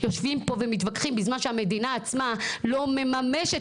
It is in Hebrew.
יושבים פה ומתווכחים בזמן שהממשלה לא מממשת